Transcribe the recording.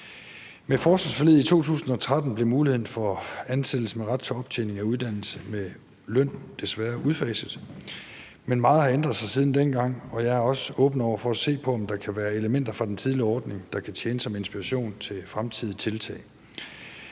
Med forsvarsforliget i 2013 blev muligheden for ansættelse med ret til optjening af uddannelse med løn desværre udfaset, men meget har ændret sig siden dengang, og jeg er også åben for at se på, om der kan være elementer fra den tidligere ordning, der kan tjene som inspiration til fremtidige tiltag.